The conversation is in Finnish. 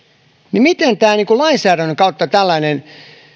niin miten lainsäädännön kautta tällainen